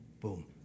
boom